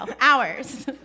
hours